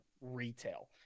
retail